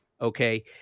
okay